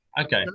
Okay